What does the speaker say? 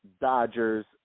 Dodgers